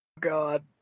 God